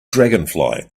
dragonfly